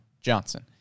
Johnson